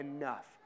enough